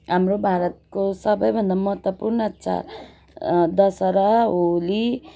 हाम्रो भारतको सबैभन्दा महत्त्वपूर्ण चाड दसहरा होली